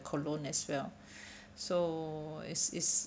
colon as well so it's it's